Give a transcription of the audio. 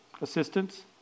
Assistance